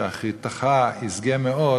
"ואחריתך ישגה מאד",